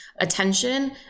attention